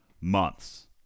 months